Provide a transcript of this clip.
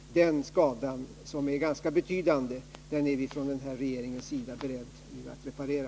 Den skadan, som är ganska betydande, är regeringen beredd att reparera.